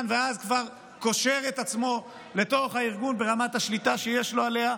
ואז כבר קושר את עצמו לתוך הארגון ברמת השליטה שיש לו עליו,